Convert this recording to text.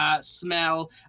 smell